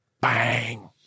Bang